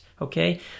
okay